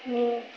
हो